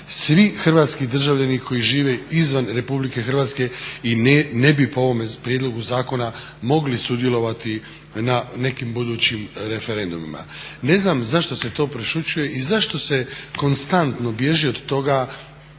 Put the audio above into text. svi hrvatski državljani koji žive izvan Republike Hrvatske i ne bi po ovome prijedlogu zakona mogli sudjelovati na nekim budućim referendumima. Ne znam zašto se to prešućuje i zašto se konstantno bježi od toga